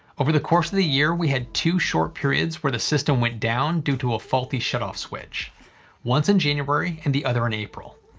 over the course of the year we had two short periods where our system went down due to a faulty shut off switch once in january and the other in april.